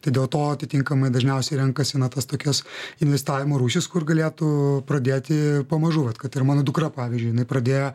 tai dėl to atitinkamai dažniausiai renkasi tas tokias investavimo rūšis kur galėtų pradėti pamažu vat kad ir mano dukra pavyzdžiui jinai nepradėjo